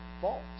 fault